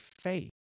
faith